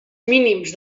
mínims